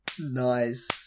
Nice